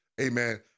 amen